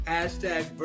Hashtag